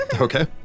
Okay